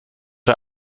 der